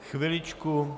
Chviličku.